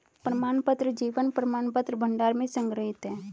प्रमाणपत्र जीवन प्रमाणपत्र भंडार में संग्रहीत हैं